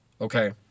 okay